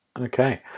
Okay